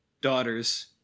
daughters